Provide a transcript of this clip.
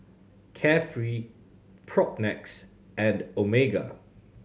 Carefree Propnex and Omega